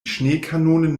schneekanonen